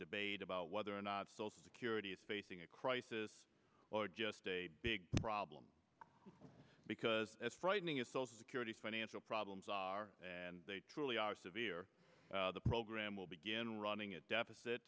debate about whether or not social security is facing a crisis or just a big problem because as frightening as social security financial problems are and they truly are severe the program will begin running a deficit